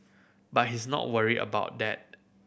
but he's not worried about that